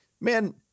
man